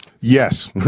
Yes